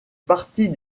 parties